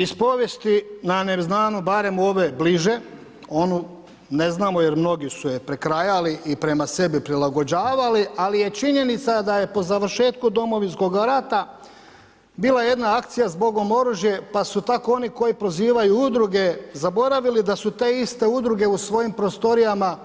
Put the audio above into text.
Iz povijesti nama znanu barem u ove bliže, onu ne znamo jer mnogi su je prekrajali i prema sebi prilagođavali, ali je činjenica da je po završetku Domovinskoga rata bila jedna akcija „Zbogom oružje“ pa su tako oni koji prozivaju udruge zaboravili da su te iste udruge u svojim prostorijama